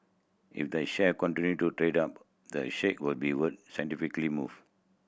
if the share continue to trade up the stake will be worth move